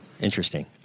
Interesting